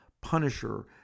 Punisher